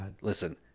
Listen